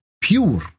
pure